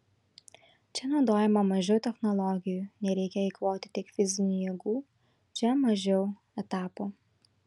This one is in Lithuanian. čia naudojama mažiau technologijų nereikia eikvoti tiek fizinių jėgų čia mažiau etapų